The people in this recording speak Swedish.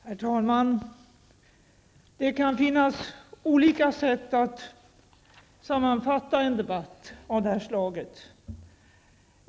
Herr talman! Det kan finnas olika sätt att sammanfatta en debatt av det här slaget.